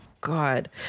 God